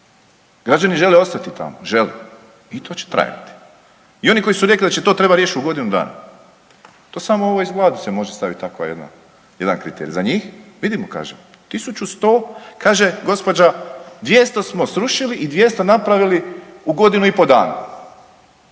Građani žele ostati tamo? Žele. I to će trajati. I oni koji su rekli da to treba riješiti u godinu dana to samo ovo iz glave može se staviti takav jedan kriterij za njih. Vidimo kaže, 1100 kaže gospođa 200 smo srušili i 200 napravili u godinu i pol dana.